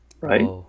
right